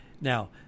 Now